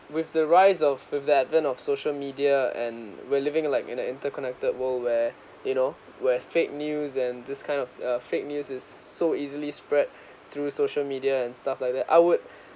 with the rise of with the advent of social media and we're living in like in a interconnected world where you know where fake news and this kind of uh fake news is so easily spread through social media and stuff like that I would